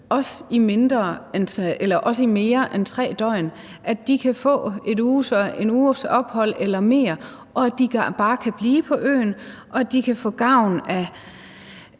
også i mere end 3 døgn, og at de kan få en uges ophold eller mere, og at de bare kan blive på øen, og at de kan få gavn af